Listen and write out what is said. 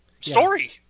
Story